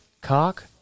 Cock